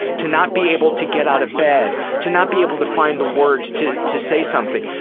to not be able to get out of bed, to not be able to find the words to to say something,